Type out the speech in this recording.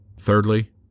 Thirdly